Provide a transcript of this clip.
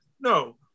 no